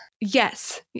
Yes